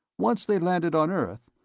once they landed on earth,